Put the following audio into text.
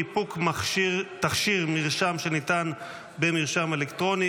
ניפוק תכשיר מרשם שניתן במרשם אלקטרוני